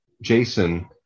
Jason